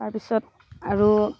তাৰ পিছত আৰু